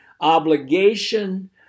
obligation